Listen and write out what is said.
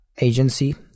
Agency